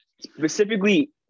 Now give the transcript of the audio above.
specifically